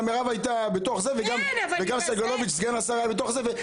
גם מירב היתה בתוך זה וגם סגלוביץ סגן השר היה בתוך זה.